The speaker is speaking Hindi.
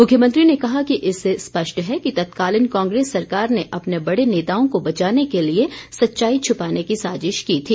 मुख्यमंत्री ने कहा कि इससे स्पष्ट है कि तत्कालीन कांग्रेस सरकार ने अपने बड़े नेताओं को बचाने के लिए सच्चाई छपाने की साजिश की थी